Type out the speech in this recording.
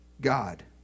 God